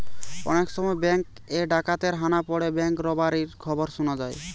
অনেক সময় বেঙ্ক এ ডাকাতের হানা পড়ে ব্যাঙ্ক রোবারির খবর শুনা যায়